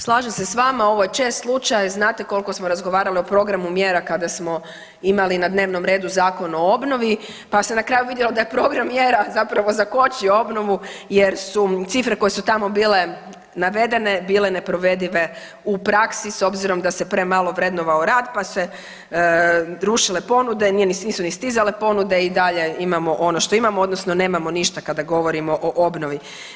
Slažem se s vama, ovo je čest slučaj, znate koliko smo razgovarali o programu mjera kada smo imali na dnevnom redu Zakon o obnovi pa se na kraju vidjelo da je program mjera zapravo zakočio obnovu jer su cifre koje su tamo bile navedene bile neprovedive u praksi s obzirom da se premalo vrednovao rad pa su se rušile ponude, nisu ni stizale ponude i dalje imamo ono što imamo, odnosno nemamo ništa kada govorimo o obnovi.